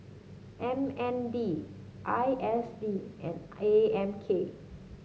M N D I S D and A M K